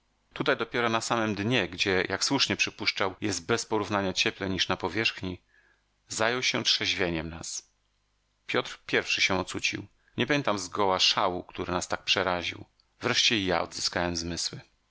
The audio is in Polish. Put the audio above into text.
tutaj dopiero na samem dnie gdzie jak słusznie przypuszczał jest bezporównania cieplej niż na powierzchni zajął się trzeźwieniem nas piotr pierwszy się ocucił nie pamiętał zgoła szału który nas tak przeraził wreszcie i ja odzyskałem zmysły